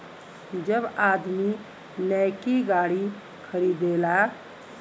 जब आदमी नैकी गाड़ी खरीदेला